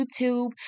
YouTube